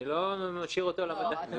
אני לא משאיר אותו לעת מצוא.